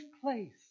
place